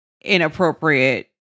inappropriate